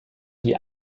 die